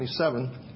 27